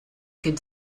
could